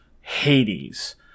Hades